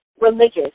religious